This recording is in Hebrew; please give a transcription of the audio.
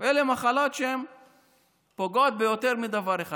אלה מחלות שפוגעות ביותר מדבר אחד.